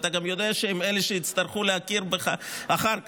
ואתה גם יודע שהם אלה שיצטרכו להכיר בך אחר כך,